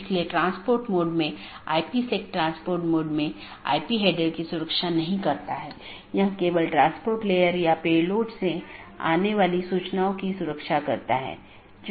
इसलिए समय समय पर जीवित संदेश भेजे जाते हैं ताकि अन्य सत्रों की स्थिति की निगरानी कर सके